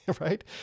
right